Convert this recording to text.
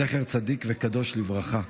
זכר צדיק וקדוש לברכה.